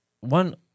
one